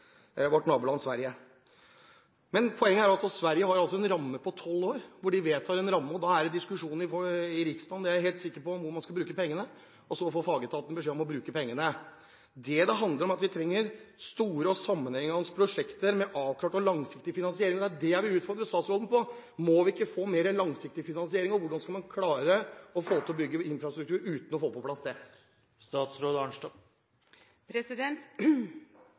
Sverige har man en ramme på tolv år. De vedtar en ramme, og da er det diskusjoner i Riksdagen, det er jeg helt sikker på, om hvor man skal bruke pengene. Så får fagetatene beskjed om å bruke pengene. Det det handler om, er at vi trenger store, sammenhengende prosjekter med avklart og langsiktig finansiering. Det er det jeg vil utfordre statsråden på: Må vi ikke få mer langsiktig finansering? Og hvordan skal man klare å bygge infrastruktur om man ikke får på plass det?